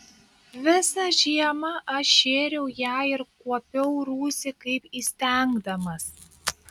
visą žiemą aš šėriau ją ir kuopiau rūsį kaip įstengdamas